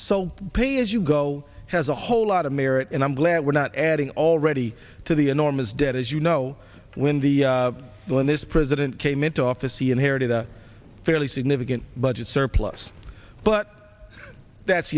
so pay as you go has a whole lot of merit and i'm glad we're not adding already to the enormous debt as you know when the when this president came into office he inherited a fairly significant budget surplus but that's